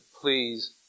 please